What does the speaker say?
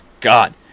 God